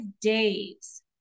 days